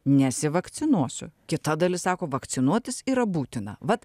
nesivakcinuosiu kita dalis sako vakcinuotis yra būtina vat